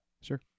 sure